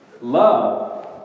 Love